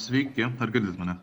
sveiki ar girdit mane